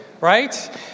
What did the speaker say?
right